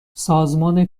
سازمان